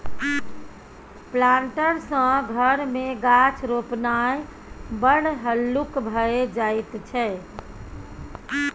planter सँ घर मे गाछ रोपणाय बड़ हल्लुक भए जाइत छै